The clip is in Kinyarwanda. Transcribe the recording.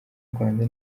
rwanda